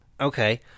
Okay